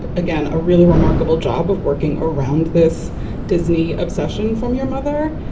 but again, a really remarkable job of working around this disney obsession from your mother.